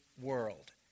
world